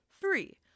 Three